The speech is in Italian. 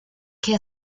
che